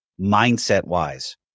mindset-wise